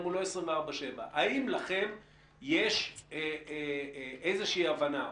הוא לא 24/7. האם לכם יש איזושהי הבנה,